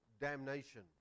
damnation